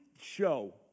show